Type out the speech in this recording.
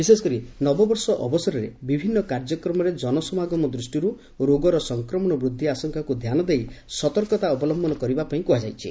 ବିଶେଷକରି ନବବର୍ଷ ଅବସରରେ ବିଭିନ୍ନ କାର୍ଯ୍ୟକ୍ରମରେ ଜନସମାଗମ ଦୃଷ୍ଟିରୁ ରୋଗର ସଫକ୍ରମଣ ବୃଦ୍ଧି ଆଶଙ୍କାକୁ ଧ୍ୟାନଦେଇ ସତର୍କତା ଅବଲମ୍ଭନ କରିବାପାଇଁ କୁହାଯାଇଛି